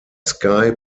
sky